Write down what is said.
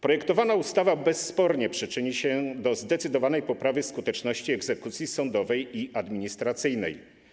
Projektowana ustawa bezspornie przyczyni się do zdecydowanej poprawy skuteczności egzekucji sądowej i administracyjnej.